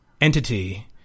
entity